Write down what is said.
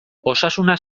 osasuna